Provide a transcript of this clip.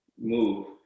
move